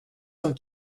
cent